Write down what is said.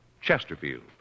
Chesterfield